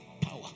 power